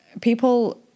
People